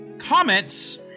Comments